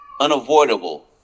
unavoidable